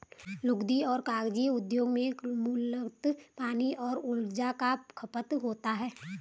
लुगदी और कागज उद्योग में मूलतः पानी और ऊर्जा का खपत होता है